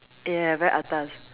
ya very atas